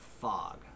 fog